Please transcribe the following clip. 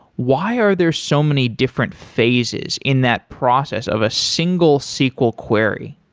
why are there so many different phases in that process of a single sql query?